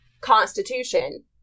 constitution